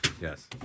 Yes